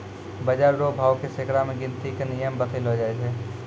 बाजार रो भाव के सैकड़ा मे गिनती के नियम बतैलो जाय छै